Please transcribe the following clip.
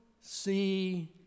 see